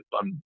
fun